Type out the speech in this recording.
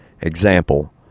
Example